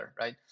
right